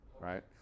right